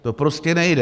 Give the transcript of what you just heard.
To prostě nejde.